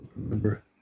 Remember